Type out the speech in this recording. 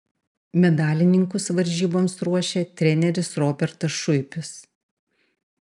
medalininkus varžyboms ruošė treneris robertas šuipis